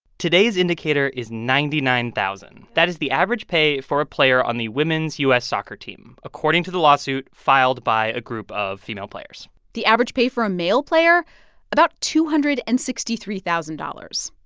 today's indicator is ninety nine thousand dollars that is the average pay for a player on the women's u s. soccer team, according to the lawsuit filed by a group of female players the average pay for a male player about two hundred and sixty three thousand dollars.